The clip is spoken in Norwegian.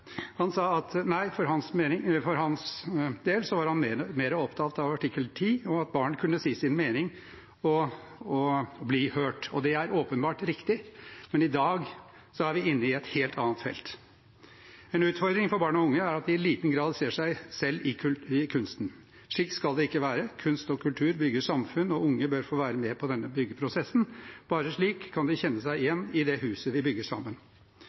Han sa at han for sin del var mer opptatt av artikkel 12, at barn kunne si sin mening og bli hørt. Det er åpenbart riktig, men i dag er vi inne i et helt annet felt. En utfordring for barn og unge er at de i liten grad ser seg selv i kunsten. Slik skal det ikke være. Kunst og kultur bygger samfunn, og unge bør få være med på denne byggeprosessen. Bare slik kan de kjenne seg igjen i det huset vi bygger sammen.